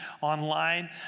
online